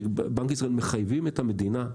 שבנק ישראל מחייבים את המדינה,